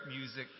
music